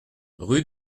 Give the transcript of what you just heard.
rue